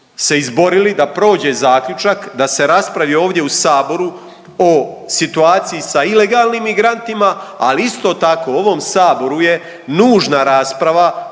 se izborili da prođe zaključak da se raspravi ovdje u saboru o situaciji sa ilegalnim migrantima, ali isto tako u ovom saboru je nužna rasprava